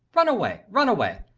run away. run away.